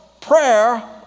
prayer